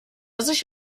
sich